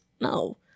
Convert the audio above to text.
No